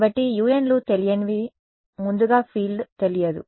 కాబట్టి un లు తెలియనివి ముందుగా ఫీల్డ్ తెలియదు